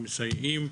מסייעים,